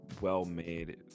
well-made